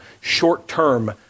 short-term